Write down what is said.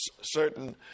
certain